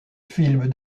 films